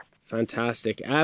Fantastic